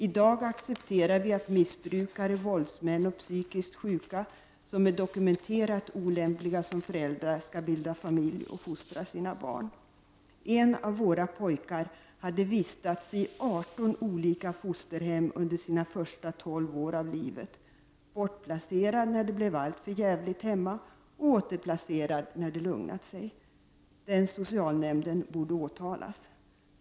I dag accepterar vi att missbrukare, våldsmän och psykiskt sjuka som är dokumenterat olämpliga som föräldrar skall bilda familj och fostra sina barn. En av våra pojkar har vistats i 18 olika fosterhem under sina första 12 år av livet, bortplacerad när det blev alltför djävligt hemma, och återplacerad när det lugnat sig. Den socialnämnden borde åtalas.